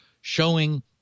showing